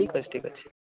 ଠିକ୍ ଅଛି ଠିକ୍ ଅଛି